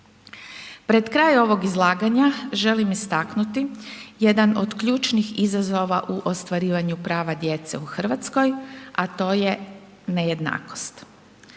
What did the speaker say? Pred kraj ovog izlaganja, želim istaknuti jedan od ključnih izazova u ostvarivanju prava djece u Hrvatskoj, a to je nejednakost.